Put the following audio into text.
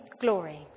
glory